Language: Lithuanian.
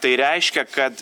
tai reiškia kad